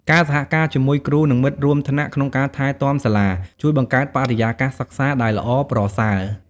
ការសហការជាមួយគ្រូ និងមិត្តរួមថ្នាក់ក្នុងការថែទាំសាលា ជួយបង្កើតបរិយាកាសសិក្សាដែលល្អប្រសើរ។